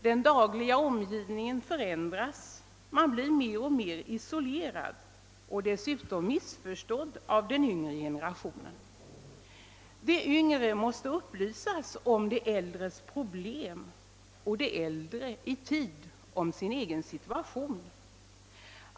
Den dagliga omgivningen förändras, och man blir mer och mer isolerad och dessutom kanske missförstådd av den yngre generationen. De yngre måste upplysas om de äldres problem och de äldre om sin egen situation.